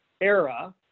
era